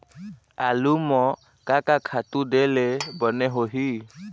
आलू म का का खातू दे ले बने होही?